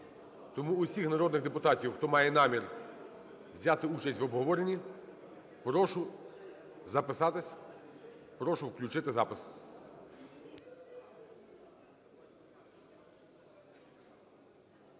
Тому всіх народних депутатів, хто має намір взяти участь в обговоренні, прошу записатись. Прошу включити запис.